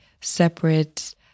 separate